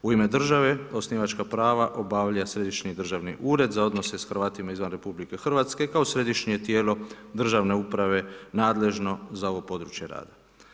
U ime države osnivačka prava Središnji državni ured za odnose za Hrvate izvan RH kao središnje tijelo državne uprave nadležno za ovo područje rada.